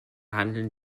handeln